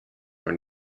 were